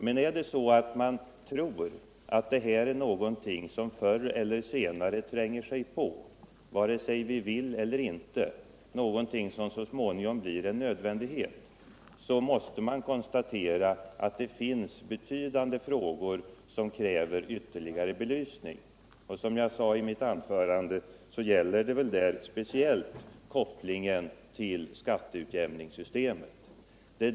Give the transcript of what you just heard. Men är det så att man tror att det här är någonting som förr eller senare tränger sig på, vare sig vi vill eller inte, någonting som så småningom blir en nödvändighet, måste man konstatera att det finns många frågor som kräver ytterligare belysning. Som jag sade i mitt anförande gäller det speciellt kopplingen till skatteutjämningssystemet.